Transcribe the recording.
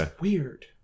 weird